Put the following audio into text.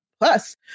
Plus